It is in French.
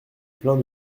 pleins